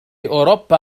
أوروبا